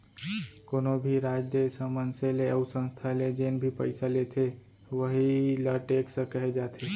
कोनो भी राज, देस ह मनसे ले अउ संस्था ले जेन भी पइसा लेथे वहीं ल टेक्स कहे जाथे